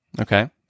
Okay